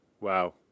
Wow